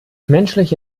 menschliche